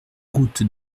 route